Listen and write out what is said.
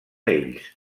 ells